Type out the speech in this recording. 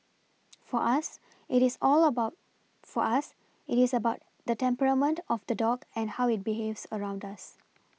for us it is all about for us it is about the temperament of the dog and how it behaves around us